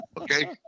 Okay